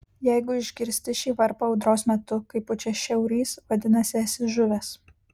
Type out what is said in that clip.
jeigu išgirsti šį varpą audros metu kai pučia šiaurys vadinasi esi žuvęs